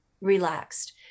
relaxed